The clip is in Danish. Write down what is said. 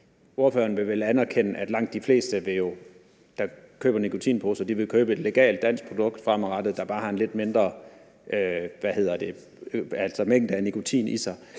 Ordføreren vil vel anerkende, at langt de fleste, der køber nikotinposer, fremadrettet vil købe et legalt dansk produkt, der bare har en lidt mindre mængde af nikotin.